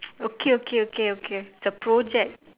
okay okay okay okay it' a project